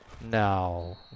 No